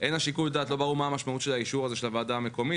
לא ברור מה משמעות האישור הזה של הוועדה המקומית